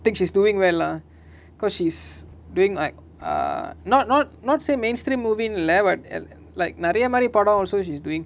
thinks she's doing well lah because she's doing like err not not not say mainstream movie in lah but el~ like நெரயமாரி படோ:nerayamari pado also she's doing